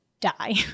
die